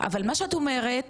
אבל מה שאת אומרת,